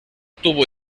tuvo